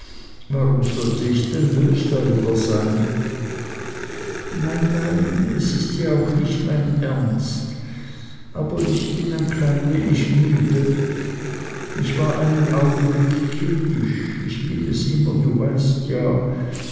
warum sollte ich denn bös darüber sein nein nein es ist ja auch nicht mein ernst aber ich bin ein klein wenig müde ich war einen augenblick kindisch ich bin es immer du weißt ja